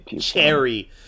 cherry